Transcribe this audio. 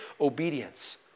obedience